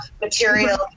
material